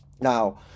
Now